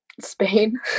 Spain